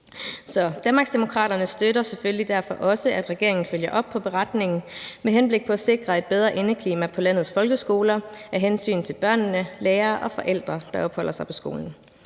Danmarksdemokraterne støtter derfor selvfølgelig også, at regeringen følger op på beretningen med henblik på at sikre et bedre indeklima på landets folkeskoler af hensyn til børnene og lærerne og de forældre, der opholder sig på skolen,